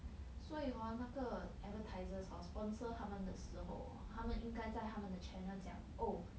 所以 hor 那个 advertisers hor sponsor 他们的时候 hor 他们应该在他们的 channel 讲 oh